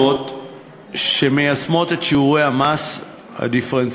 יש מדינות רבות שמיישמות את שיעורי המס הדיפרנציאליים,